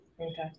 Okay